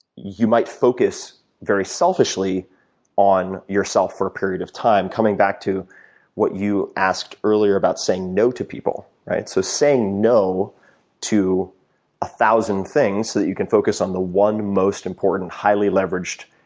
you might focus very selfishly on yourself for a period of time coming back to what you asked earlier about saying no to people, right. so saying no to a thousand things so that you can focus on the one most important highly leveraged